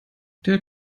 der